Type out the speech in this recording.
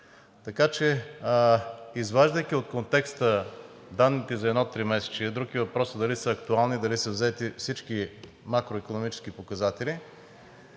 Така че, изваждайки от контекста данните за едно тримесечие – друг е въпросът дали са актуални, дали са взети всички макроикономически показатели,